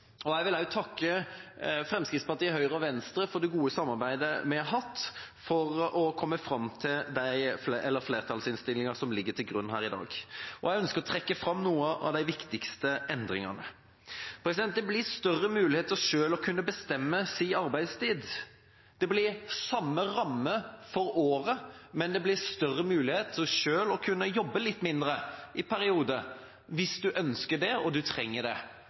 dag. Jeg vil også takke Fremskrittspartiet, Høyre og Venstre for det gode samarbeidet vi har hatt for å komme fram til flertallsinnstillinga som ligger til grunn her i dag. Jeg ønsker å trekke fram noen av de viktigste endringene. Det blir større mulighet til selv å kunne bestemme sin arbeidstid. Det blir samme ramme for året, men det blir større mulighet til å kunne jobbe litt mindre i perioder, hvis en ønsker det, og en trenger det,